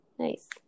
Nice